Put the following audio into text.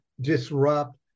disrupt